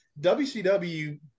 WCW